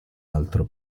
altro